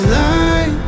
light